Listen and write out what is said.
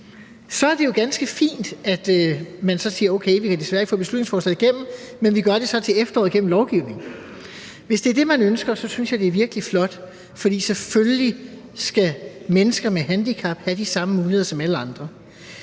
så er det jo ganske fint, at man så siger: Okay, vi kan desværre ikke få beslutningsforslaget igennem, men vi gør det så til efteråret igennem lovgivning. Hvis det er det, man ønsker, så synes jeg, det er virkelig flot, for selvfølgelig skal mennesker med handicap have de samme muligheder som alle andre.